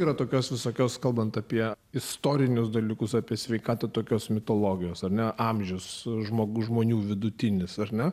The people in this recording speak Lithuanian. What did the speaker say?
yra tokios visokios kalbant apie istorinius dalykus apie sveikatą tokios mitologijos ar ne amžius žmogus žmonių vidutinis ar ne